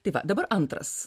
tai va dabar antras